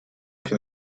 for